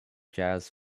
jazz